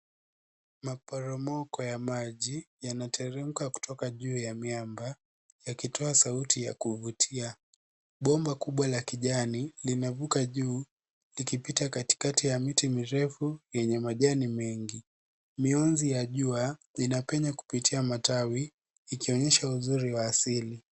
Maporomoko ya maji yanateremka kutoka juu ya miamba yakitoa sauti ya kuvutia. Bomba kubwa la kijani linavuka juu likipita katikati ya miti mirefu yenye majani mengi. Mionzi ya jua inapenya kupitia matawi ikionyesha uzuri wa asili.